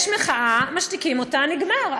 יש מחאה, משתיקים אותה, נגמר.